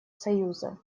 союза